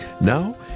Now